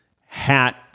hat